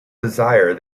desire